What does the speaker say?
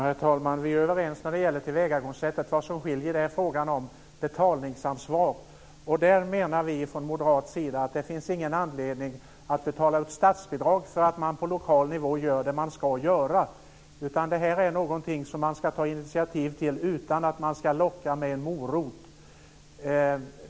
Herr talman! Vi är överens när det gäller tillvägagångssättet. Vad som skiljer oss åt är frågan om betalningsansvar. Vi menar från moderat sida att det inte finns någon anledning att betala ut statsbidrag för att man på lokal nivå gör det som man ska göra. Det här ska man ta initiativ till utan att bli lockad med en morot.